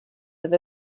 with